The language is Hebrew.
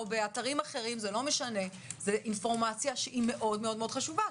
זו אינפורמציה מאד חשובה.